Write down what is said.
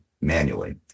manually